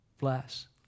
Bless